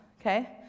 Okay